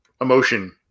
emotion